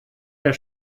der